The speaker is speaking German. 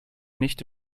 nicht